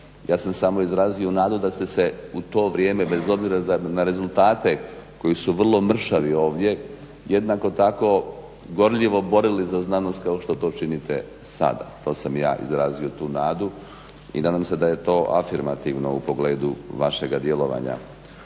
ja sam samo izrazio nadu da ste se u to vrijeme bez obzira na rezultate koji su vrlo mršavi ovdje, jednako tako gorljivo borili za znanost kao što to činite sada. To sam ja izrazio tu nadu i nadam se da je to afirmativno u pogledu vašega djelovanja.